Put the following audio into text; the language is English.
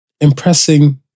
impressing